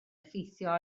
effeithio